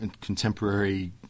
contemporary